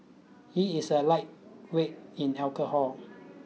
he is a lightweight in alcohol